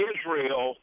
Israel